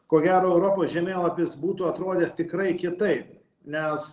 ko gero europos žemėlapis būtų atrodęs tikrai kitaip nes